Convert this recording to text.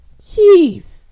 Jeez